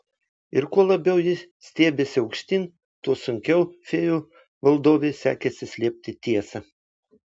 ir kuo labiau ji stiebėsi aukštyn tuo sunkiau fėjų valdovei sekėsi slėpti tiesą